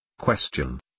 Question